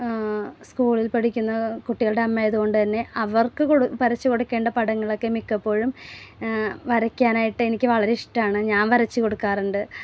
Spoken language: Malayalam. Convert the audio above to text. സ്കൂളിൽ പഠിക്കുന്ന കുട്ടികളുടെ അമ്മയായതു കൊണ്ട് തന്നെ അവർക്ക് വരച്ചു കൊടുക്കേണ്ട പടങ്ങളൊക്കെ മിക്കപ്പോഴും വരയ്ക്കാനായിട്ട് എനിക്ക് വളരെ ഇഷ്ട്ടമാണ് ഞാൻ വരച്ചു കൊടുക്കാറുണ്ട്